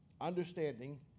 understanding